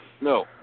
No